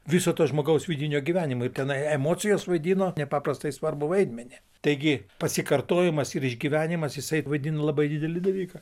viso to žmogaus vidinio gyvenimo ir tenai emocijos vaidino nepaprastai svarbų vaidmenį taigi pasikartojimas ir išgyvenimas jisai vadino labai didelį dalyką